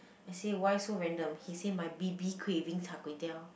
I say why so random he say my B_B craving Char-Kway-Teow